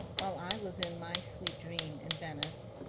while i was in my sweet dream in venice.